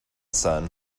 sun